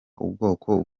ubwoko